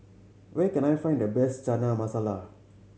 where can I find the best Chana Masala